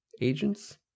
agents